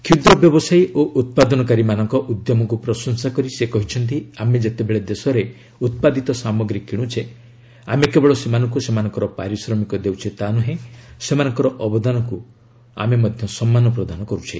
କ୍ଷୁଦ୍ର ବ୍ୟବସାୟୀ ଓ ଉତ୍ପାଦନକାରୀମାନଙ୍କର ଉଦ୍ୟମକୁ ପ୍ରଶଂସା କରି ସେ କହିଛନ୍ତି ଆମେ ଯେତେବେଳେ ଦେଶରେ ଉତ୍ପାଦିତ ସାମଗ୍ରୀ କିଣୁଛେ ଆମେ କେବଳ ସେମାନଙ୍କୁ ସେମାନଙ୍କର ପାରିଶ୍ରମିକ ଦେଉଛେ ତାନୁହେଁ ସେମାନଙ୍କର ଅବଦାନକୁ ସମ୍ମାନ ପ୍ରଦାନ କରୁଛେ